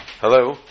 Hello